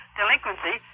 delinquency